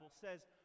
says